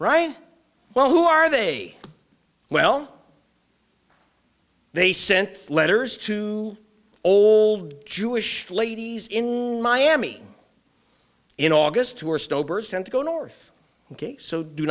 right well who are they well they sent letters to all jewish ladies in miami in august who are still tend to go north so do